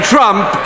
Trump